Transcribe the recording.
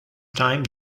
time